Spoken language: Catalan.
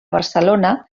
barcelona